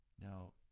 Now